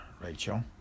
Rachel